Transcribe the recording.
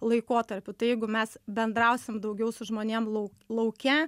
laikotarpiu tai jeigu mes bendrausim daugiau su žmonėm lau lauke